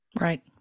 Right